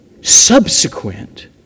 subsequent